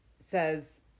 Says